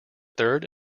third